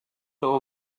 all